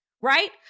right